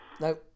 no